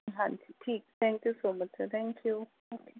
ਹਾਂਜੀ ਠੀਕ thank you so much sir thank you okay